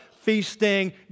Feasting